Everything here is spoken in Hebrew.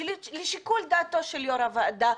שזה לשיקול דעתו של יו"ר הוועדה,